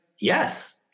yes